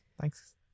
thanks